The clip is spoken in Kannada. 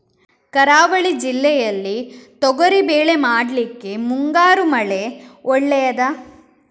ಕರಾವಳಿ ಜಿಲ್ಲೆಯಲ್ಲಿ ತೊಗರಿಬೇಳೆ ಮಾಡ್ಲಿಕ್ಕೆ ಮುಂಗಾರು ಮಳೆ ಒಳ್ಳೆಯದ?